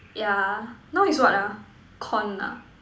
ya now is what ah corn nah